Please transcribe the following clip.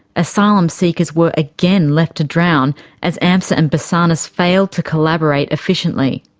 asylum seekers were again left to drown as amsa and basarnas failed to collaborate efficiently.